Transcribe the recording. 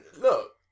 look